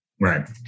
Right